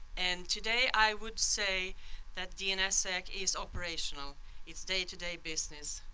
and today i would say that dnssec is operational its day-to-day business.